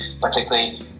Particularly